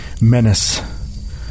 menace